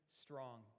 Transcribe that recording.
strong